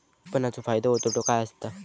विपणाचो फायदो व तोटो काय आसत?